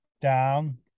down